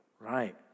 right